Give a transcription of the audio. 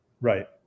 Right